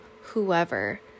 whoever